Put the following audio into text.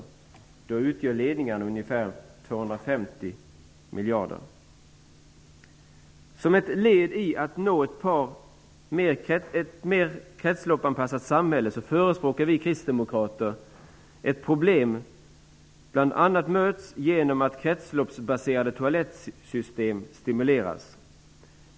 Av detta utgör ledningarna ungefär 250 miljarder kronor. Som ett led i att nå ett mer kretsloppsanpassat samhälle förespråkar vi kristdemokrater att problemen bl.a. möts genom att kretsloppsbaserade toalettsystem stimuleras.